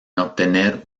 obtener